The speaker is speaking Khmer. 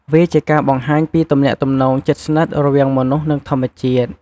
វាជាការបង្ហាញពីទំនាក់ទំនងជិតស្និទ្ធរវាងមនុស្ស និងធម្មជាតិ។